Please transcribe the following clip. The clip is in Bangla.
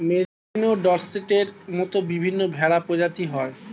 মেরিনো, ডর্সেটের মত বিভিন্ন ভেড়া প্রজাতি হয়